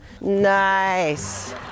Nice